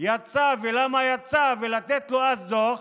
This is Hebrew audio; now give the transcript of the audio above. יצא ולמה יצא ולתת לו אז דוח,